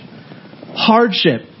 hardship